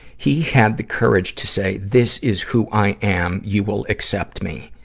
he had the courage to say this is who i am you will accept me.